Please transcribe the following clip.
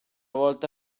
volta